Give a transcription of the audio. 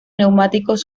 neumáticos